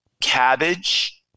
Cabbage